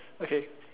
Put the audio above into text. okay